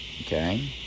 Okay